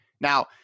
Now